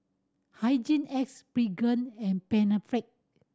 Hygin X Pregain and Panaflex